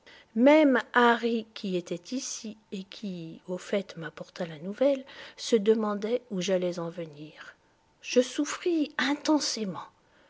même harry qui était ici et qui au fait m'apporta la nouvelle se demandait où j'allais en venir je souffris intensément